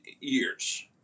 years